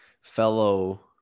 fellow